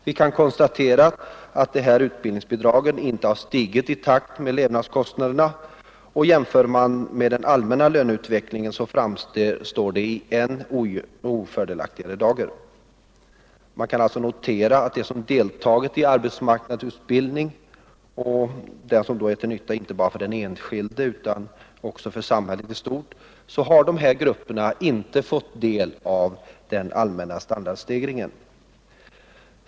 Vi kan konstatera att de här utbildningsbidragen inte har stigit i takt med levnadskostnaderna. Jämför man dem med den allmänna löneutvecklingen så framstår de i än ofördelaktigare dager. Man kan alltså notera att de grupper som deltagit i arbetsmarknadsutbildning — detta är ju till nytta inte bara för den enskilde utan också för samhället i stort — inte har fått del av den allmänna standardhöjningen.